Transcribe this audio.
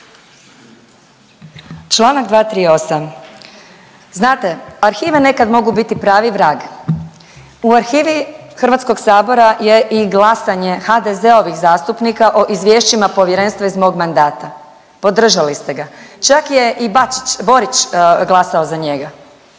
Čl. 238. znate arhive nekad mogu biti pravi vrag. U arhivi HS-a je i glasanje HDZ-ovih zastupnika o izvješćima Povjerenstva iz mog mandata, podržali ste ga, čak je i Bačić, Borić glasao za njega,